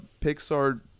Pixar